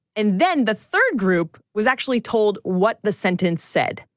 and then the third group was actually told what the sentence said,